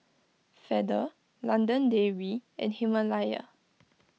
Feather London Dairy and Himalaya